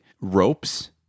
ropes